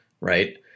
right